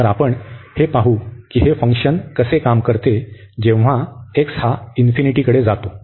तर आपण हे पाहू की हे फंक्शन कसे काम करते जेव्हा x हा इन्फिनिटीकडे जातो